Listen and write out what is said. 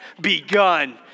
begun